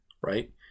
right